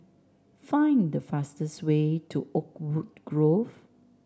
find the fastest way to Oakwood Grove